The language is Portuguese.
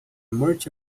morte